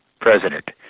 president